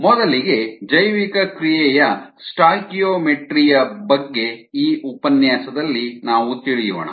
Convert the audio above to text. ಮೊದಲಿಗೆ ಜೈವಿಕಕ್ರಿಯೆಯ ಸ್ಟಾಯ್ಕಿಯೋಮೆಟ್ರಿ ಬಗ್ಗೆ ಈ ಉಪನ್ಯಾಸದಲ್ಲಿ ನಾವು ತಿಳಿಯೋಣ